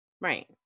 right